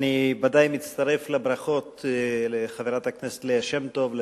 אני בוודאי מצטרף לברכות לחברת הכנסת ליה שמטוב,